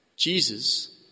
Jesus